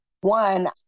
one